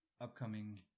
upcoming